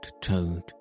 toad